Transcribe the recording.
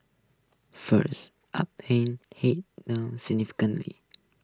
first are pain Head significance